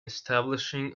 establishing